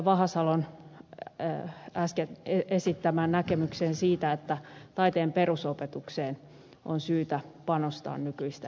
vahasalon äsken esittämään näkemykseen siitä että taiteen perusopetukseen on syytä panostaa nykyistä enemmän